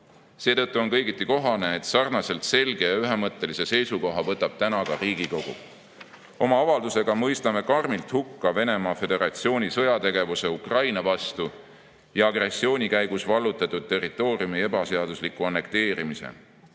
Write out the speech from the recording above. Seetõttu on kõigiti kohane, et sarnaselt selge ja ühemõttelise seisukoha võtab täna ka Riigikogu. Oma avaldusega mõistame karmilt hukka Venemaa Föderatsiooni sõjategevuse Ukraina vastu ja agressiooni käigus vallutatud territooriumi ebaseadusliku annekteerimise.